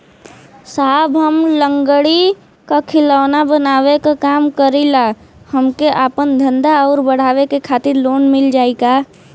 साहब हम लंगड़ी क खिलौना बनावे क काम करी ला हमके आपन धंधा अउर बढ़ावे के खातिर लोन मिल जाई का?